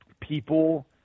people